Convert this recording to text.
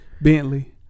Bentley